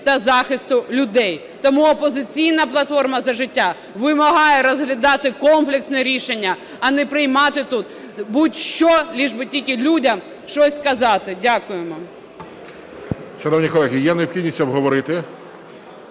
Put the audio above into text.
та захисту людей. Тому "Опозиційна платформа – За життя" вимагає розглядати комплексне рішення, а не приймати тут будь-що лиш би тільки людям щось сказати. Дякуємо.